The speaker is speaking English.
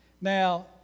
Now